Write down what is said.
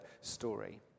story